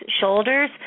shoulders